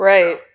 Right